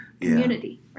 community